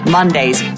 Mondays